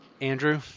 Andrew